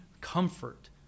comfort